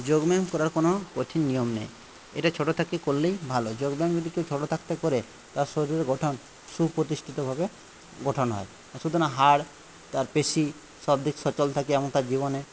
যোগব্যায়াম করার কোন কঠিন নিয়ম নেই এটা ছোটো থেকে করলেই ভালো যোগব্যায়াম যদি কেউ ছোটো থাকতে করে তার শরীর গঠন সুপ্রতিষ্ঠিতভাবে গঠন হয় সুতরাং হাড় তার পেশি সবদিক সচল থাকে এখনকার জীবনে